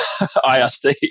IRC